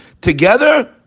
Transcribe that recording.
together